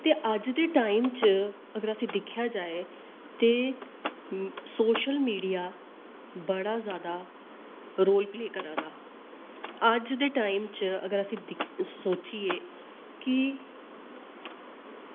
ते अज दे टाइम च अगर असें दिक्खेआ जाये ते सोशल मीडिया बड़ा जैदा रोल प्ले करा दा अज दे टाइम च अगर असी दिक्ख सोचिये कि